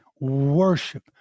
worship